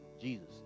Jesus